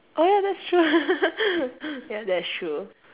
oh that's true ya that is true